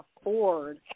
afford